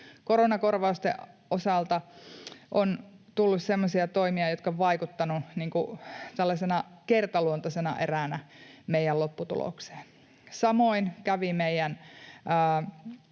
Koronakorvausten osalta on tullut semmoisia toimia, jotka ovat vaikuttaneet tällaisena kertaluontoisena eränä meidän lopputulokseen. Samoin kävi meidän